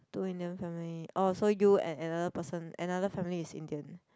two Indian family oh so you and another person another family is Indian